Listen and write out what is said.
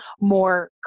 more